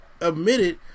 admitted